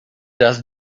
does